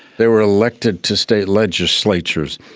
they were elected to state legislatures.